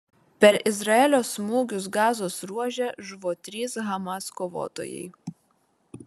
per izraelio smūgius gazos ruože žuvo trys hamas kovotojai